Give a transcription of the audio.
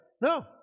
No